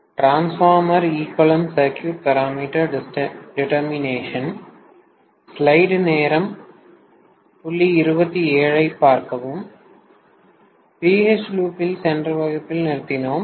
BH loop இல் சென்ற வகுப்பில் நிறுத்தினோம்